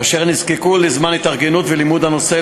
אשר נזקקו לזמן התארגנות ולימוד הנושא,